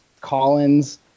Collins